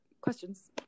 questions